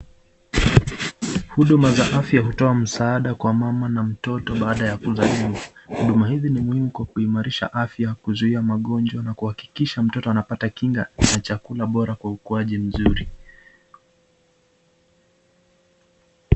Huduma za afya hutoa msaada kwa mama na mtoto baada ya kuzaliwa, huduma hizi ni muhimu kwa kuimarisha afya na kuzuia magonjwa na kuhakikisha mtoto anapata kinga na chakula bora kwa ukuaji mzuri.